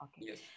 Yes